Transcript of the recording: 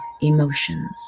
emotions